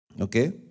Okay